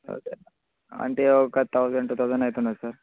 అంటే ఒక thousand two thousand అవుతుండోచ్చు సార్